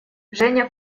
женя